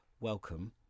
welcome